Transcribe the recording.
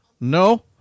no